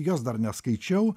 jos dar neskaičiau